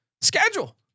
Schedule